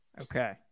Okay